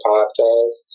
Podcast